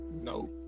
No